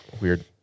weird